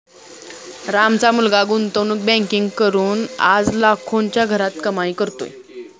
रामचा मुलगा गुंतवणूक बँकिंग करून आज लाखोंच्या घरात कमाई करतोय